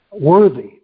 Worthy